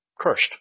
cursed